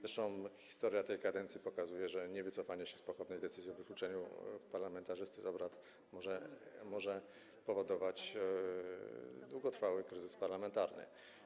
Zresztą historia tej kadencji pokazuje, że niewycofanie się z pochopnej decyzji o wykluczeniu parlamentarzysty z obrad może powodować długotrwały kryzys parlamentarny.